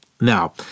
Now